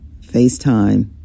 FaceTime